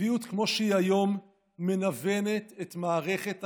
הקביעות כמו שהיא היום מנוונת את מערכת החינוך,